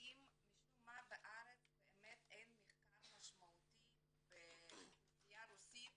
משום מה בארץ באמת אין מחקר משמעותי בקרב האוכלוסייה הרוסית